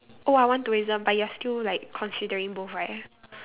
oh I want tourism but you are still like considering both right